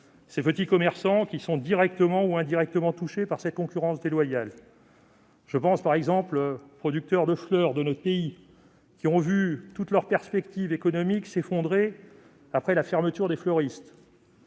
de Noël ? Ils sont directement ou indirectement touchés par cette concurrence déloyale. Je pense par exemple aux producteurs de fleurs de notre pays, qui ont vu toutes leurs perspectives économiques s'effondrer après la fermeture des fleuristes.